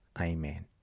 Amen